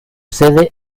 sede